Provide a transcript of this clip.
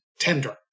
tender